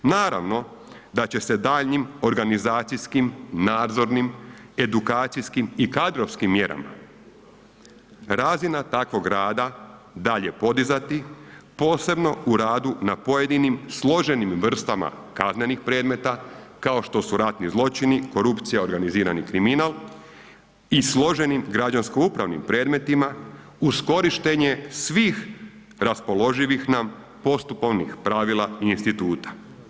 Naravno da će se daljnjim organizacijskim, nadzornim, edukacijskim i kadrovskim mjerama razina takvog rada dalje podizati posebno u radu na pojedinim složenim vrstama kaznenih predmeta kao što su ratni zločini, korupcija, organizirani kriminal i složenim građansko upravnim predmetima uz korištenje svih raspoloživih nam postupovnih pravila i instituta.